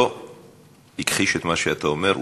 לא הכחיש את מה שאתה אומר,